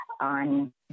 on